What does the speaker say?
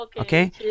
Okay